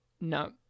No